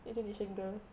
indonesian girls